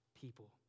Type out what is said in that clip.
people